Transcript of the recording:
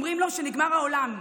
אומרים לו שנגמר העולם.